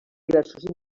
diversos